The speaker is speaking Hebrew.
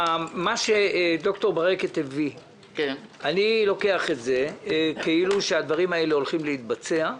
את מה שד"ר ברקת הביא אני לוקח כאילו הדברים האלה הולכים להתבצע.